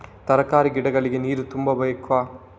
ತರಕಾರಿ ಗಿಡಗಳಿಗೆ ನೀರು ತುಂಬಬೇಕಾ?